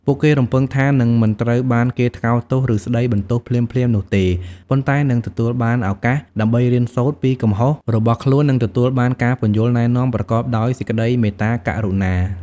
ពួកគេរំពឹងថានឹងមិនត្រូវបានគេថ្កោលទោស ឬស្ដីបន្ទោសភ្លាមៗនោះទេ ប៉ុន្តែនឹងទទួលបានឱកាសដើម្បីរៀនសូត្រពីកំហុសរបស់ខ្លួន និងទទួលបានការពន្យល់ណែនាំប្រកបដោយសេចក្ដីមេត្តាករុណា។